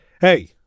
hey